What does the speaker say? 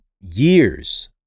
years